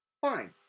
fine